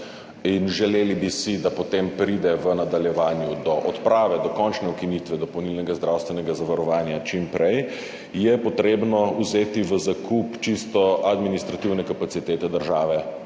in želeli bi si, da potem pride v nadaljevanju do odprave, dokončne ukinitve dopolnilnega zdravstvenega zavarovanja čim prej je potrebno vzeti v zakup čisto administrativne kapacitete države,